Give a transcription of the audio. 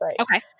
Okay